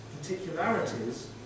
particularities